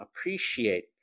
appreciate